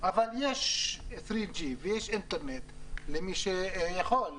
אבל יש 3G ויש אינטרנט למי שיכול.